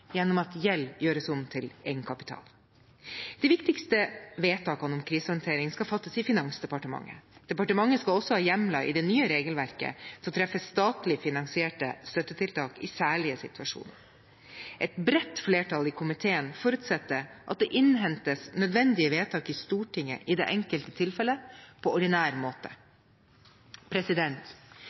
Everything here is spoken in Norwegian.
gjennom at gjeld gjøres om til egenkapital. De viktigste vedtakene om krisehåndtering skal fattes i Finansdepartementet. Departementet skal også ha hjemler i det nye regelverket som treffer statlig finansierte støttetiltak i særlige situasjoner. Et bredt flertall i komiteen forutsetter at det innhentes nødvendige vedtak i Stortinget i det enkelte tilfellet på ordinær måte.